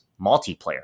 multiplayer